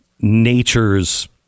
nature's